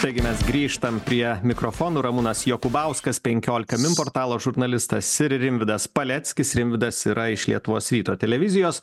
taigi mes grįžtam prie mikrofono ramūnas jakubauskas penkiolika min portalo žurnalistas ir rimvydas paleckis rimvydas yra iš lietuvos ryto televizijos